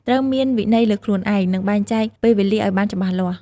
ត្រូវមានវិន័យលើខ្លួនឯង និងបែងចែកពេលវេលាឱ្យបានច្បាស់លាស់។